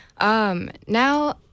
Now